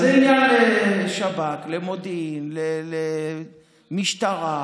אז זה עניין לשב"כ, למודיעין, למשטרה,